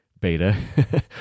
beta